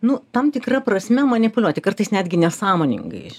nu tam tikra prasme manipuliuoti kartais netgi nesąmoningai